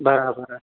बराबरु आहे